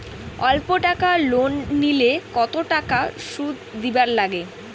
অল্প টাকা লোন নিলে কতো টাকা শুধ দিবার লাগে?